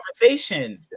conversation